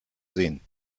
sehen